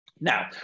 Now